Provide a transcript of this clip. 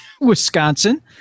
Wisconsin